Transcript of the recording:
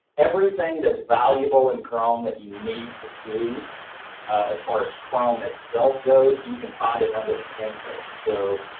everything that's valuable in chrome that you need to do as far as chrome itself goes, you can find it under the pancake. so